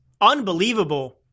unbelievable